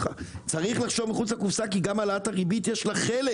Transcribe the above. צריך לחשוב מחוץ לקופסה כי גם להעלאת הריבית יש חלק